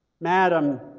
Madam